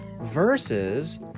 versus